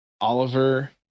oliver